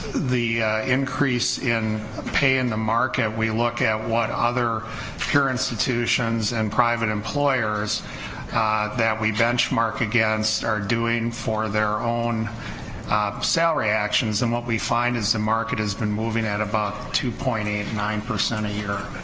the increase in pay in the market we look at what other peer institutions and private employers that we benchmark against are doing for their own salary actions and what we find is the market has been moving at about two point eight nine a year